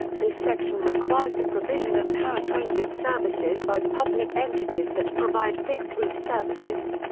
this section requires the provision of paratransit services by public entities that provide fixed route services.